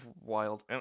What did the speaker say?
Wild